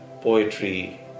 poetry